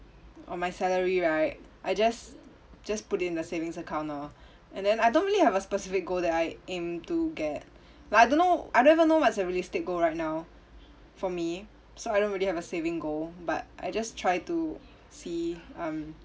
or my salary right I just just put in the savings account lor and then I don't really have a specific goal that I aim to get like I don't know I don't even know what's a realistic goal right now for me so I don't really have a saving goal but I just try to see um